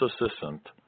assistant